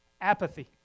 Apathy